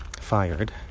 fired